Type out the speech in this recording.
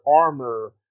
armor